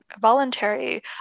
voluntary